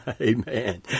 Amen